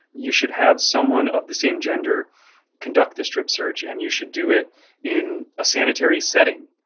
you should have someone of the same gender conduct the strip search, and you should do it in a sanitary setting.